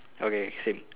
okay same